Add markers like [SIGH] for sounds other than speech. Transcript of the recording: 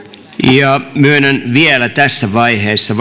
myönnän vielä tässä vaiheessa [UNINTELLIGIBLE]